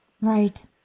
Right